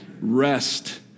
Rest